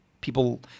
People